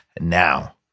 now